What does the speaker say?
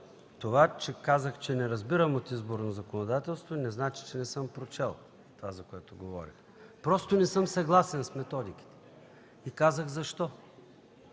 това, че казах, че не разбирам от изборно законодателство, не означава, че не съм чел това, за което говоря, а просто не съм съгласен с методиката и казах защо.